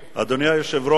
אדוני היושב-ראש,